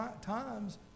times